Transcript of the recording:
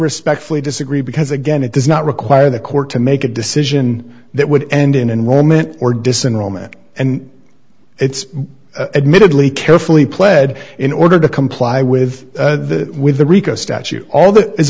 respectfully disagree because again it does not require the court to make a decision that would end in and woman or disenroll man and it's admittedly carefully pled in order to comply with the with the rico statute all that is